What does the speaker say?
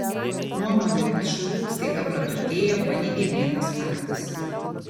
nuomonę kad šu staiga praturtėjo paneigė vienas faktas